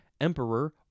emperor